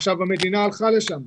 עכשיו, המדינה הלכה לשם,